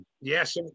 Yes